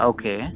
Okay